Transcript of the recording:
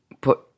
put